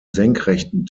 senkrechten